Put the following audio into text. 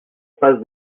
passe